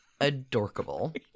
adorkable